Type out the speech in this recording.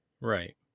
Right